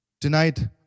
tonight